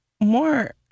more